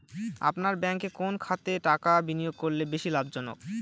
আপনার ব্যাংকে কোন খাতে টাকা বিনিয়োগ করলে বেশি লাভজনক?